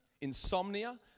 Insomnia